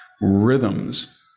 rhythms